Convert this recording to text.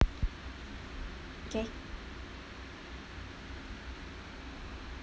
okay